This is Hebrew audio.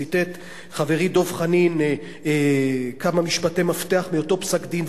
ציטט חברי דב חנין כמה משפטי מפתח מאותו פסק-דין,